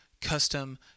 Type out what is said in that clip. custom